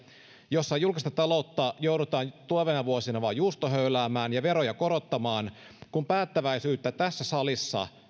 jossa julkista taloutta joudutaan tulevina vuosina vain juustohöyläämään ja veroja korottamaan kun päättäväisyyttä tässä salissa